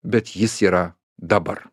bet jis yra dabar